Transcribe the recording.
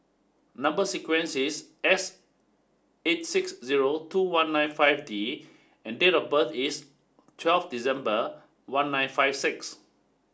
number sequence is S eight six zero two one nine five D and date of birth is twelve December one nine five six